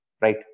right